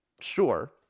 sure